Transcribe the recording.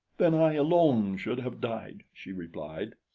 then i alone should have died, she replied.